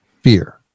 Fear